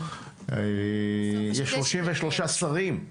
יש 33 שרים,